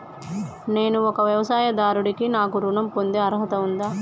నేను ఒక వ్యవసాయదారుడిని నాకు ఋణం పొందే అర్హత ఉందా?